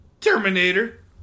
Terminator